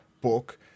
book